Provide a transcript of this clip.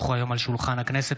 כי הונחו היום על שולחן הכנסת,